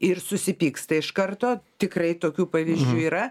ir susipyksta iš karto tikrai tokių pavyzdžių yra